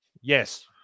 Yes